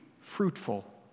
fruitful